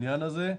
עלויות.